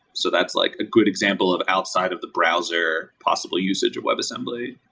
so that's like a good example of outside of the browser possibly usage of webassembly.